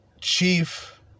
Chief